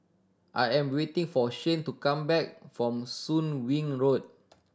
I am waiting for Shane to come back from Soon Wing Road